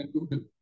Google